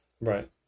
right